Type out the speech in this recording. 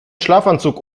schlafanzug